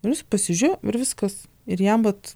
ir jis pasižiūrėjo ir viskas ir jam vat